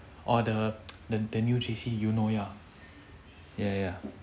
oh the the the new J_C eunoia ya ya